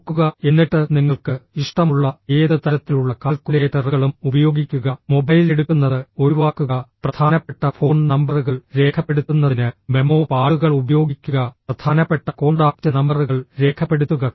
നോക്കുക എന്നിട്ട് നിങ്ങൾക്ക് ഇഷ്ടമുള്ള ഏത് തരത്തിലുള്ള കാൽക്കുലേറ്ററുകളും ഉപയോഗിക്കുക മൊബൈൽ എടുക്കുന്നത് ഒഴിവാക്കുക പ്രധാനപ്പെട്ട ഫോൺ നമ്പറുകൾ രേഖപ്പെടുത്തുന്നതിന് മെമ്മോ പാഡുകൾ ഉപയോഗിക്കുക പ്രധാനപ്പെട്ട കോൺടാക്റ്റ് നമ്പറുകൾ രേഖപ്പെടുത്തുക